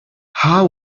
how